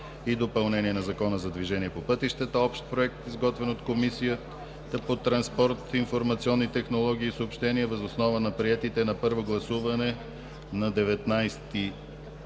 и допълнение на Закона за движение по пътищата, общ Проект, изготвен от Комисията по транспорт, информационни технологии и съобщения въз основа на приетите на първо гласуване на 19